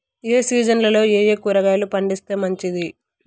ఏ సీజన్లలో ఏయే కూరగాయలు పండిస్తే మంచిది